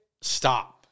stop